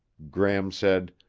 gram said,